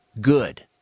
good